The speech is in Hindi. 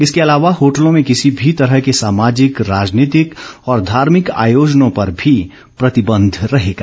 इसके अलावा होटलों में किसी भी तरह के सामाजिक राजनीतिक और धार्भिक आयोजनों पर भी प्रतिबंध रहेगा